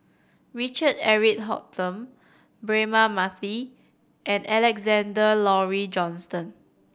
Richard Eric Holttum Braema Mathi and Alexander Laurie Johnston